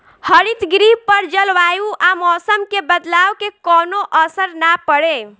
हरितगृह पर जलवायु आ मौसम के बदलाव के कवनो असर ना पड़े